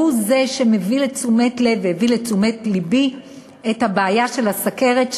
והוא שהביא לתשומת לבי את הבעיה של הסוכרת,